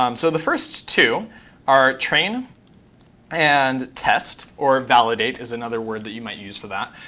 um so the first two are train and test, or validate is another word that you might use for that.